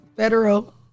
Federal